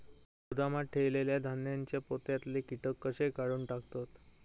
गोदामात ठेयलेल्या धान्यांच्या पोत्यातले कीटक कशे काढून टाकतत?